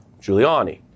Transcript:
Giuliani